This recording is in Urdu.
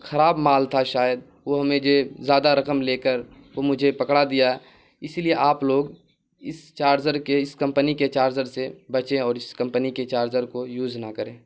خراب مال تھا شاید وہ مجھے زیادہ رقم لے کر وہ مجھے پکڑا دیا اس لیے آپ لوگ اس چارزر کے اس کمپنی کے چارزر سے بچیں اور اس کمپنی کے چارجر کو یوز نہ کریں